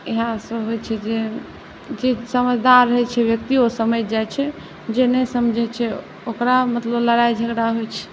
इएहसब होइ छै जे समझदार रहै छै व्यक्ति ओ समझि जाइ छै जे नहि समझै छै ओकरा मतलब लड़ाइ झगड़ा होइ छै